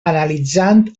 analitzant